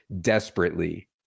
desperately